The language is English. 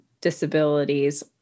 disabilities